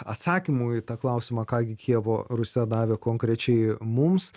atsakymų į tą klausimą ką gi kijevo rusia davė konkrečiai mums